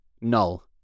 null